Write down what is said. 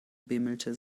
bimmelte